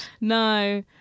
No